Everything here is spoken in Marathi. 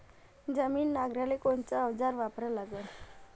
जमीन नांगराले कोनचं अवजार वापरा लागन?